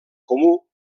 comú